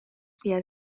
días